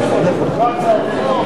לא צריך כנסת,